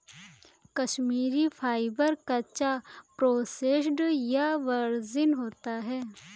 Kashmiri fibre, कच्चा, processed या virgin होता है